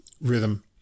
rhythm